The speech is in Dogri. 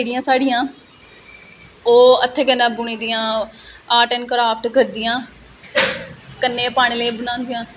पार्टीसपेट करियै उस चीज च अग्गै बधो जोहदे च बी तुंदा इंटरेस्ट ऐ जियां कि में अपनी गल्ला करनी आं